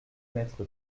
mettre